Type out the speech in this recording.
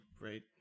Right